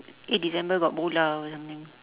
eight december got bola or something